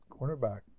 cornerback